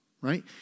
right